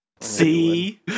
See